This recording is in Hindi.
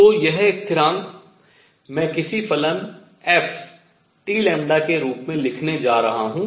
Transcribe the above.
तो यह स्थिरांक मैं किसी फलन fTλ के रूप में लिखने जा रहा हूँ